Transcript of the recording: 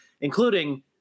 including